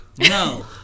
No